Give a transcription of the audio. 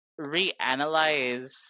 reanalyze